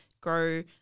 grow